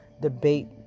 debate